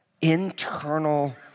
internal